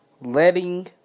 letting